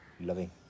loving